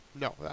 No